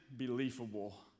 unbelievable